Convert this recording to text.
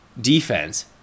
Defense